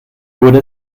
wurde